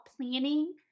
planning